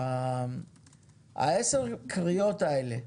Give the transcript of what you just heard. עשר הקריאות האלה.